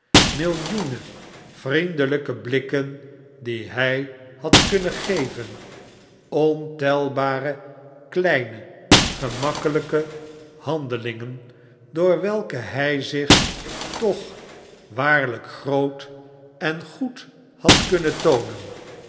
millioenen vriendelijke blikken die hij had kunnen geven ontelbare kleine gemakkelijke hande f f ww overdrukken lingen door welke hij zich toch waarlyk groot en goed had kunnen toonen